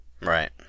Right